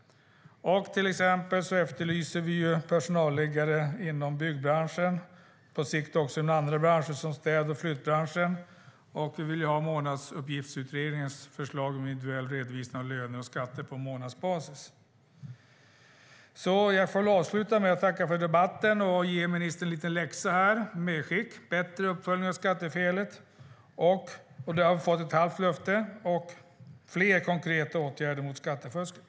Vi efterlyser till exempel personalliggare inom byggbranschen och på sikt också inom andra branscher som städ och flyttbranschen. Vi vill ha Månadsuppgiftsutredningens förslag om individuell redovisning av löner och skatter på månadsbasis. Jag får avsluta med att tacka för debatten och ge ministern en liten läxa och ett litet medskick: bättre uppföljning av skattefelet, och där har vi fått ett halvt löfte. Vi vill också ha fler konkreta åtgärder mot skattefusket.